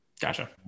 Gotcha